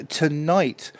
tonight